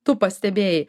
tu pastebėjai